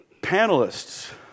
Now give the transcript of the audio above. panelists